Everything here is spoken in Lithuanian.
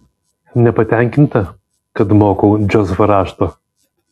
nepatenkinta kad mokau džozefą rašto